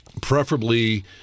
preferably